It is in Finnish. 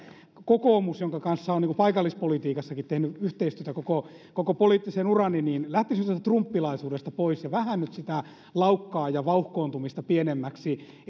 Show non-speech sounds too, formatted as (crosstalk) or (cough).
kokoomus jonka kanssa olen paikallispolitiikassakin tehnyt yhteistyötä koko koko poliittisen urani lähtisi sellaisesta trumppilaisuudesta pois ja saisi vähän nyt sitä laukkaa ja vauhkoontumista pienemmäksi (unintelligible)